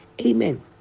Amen